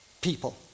people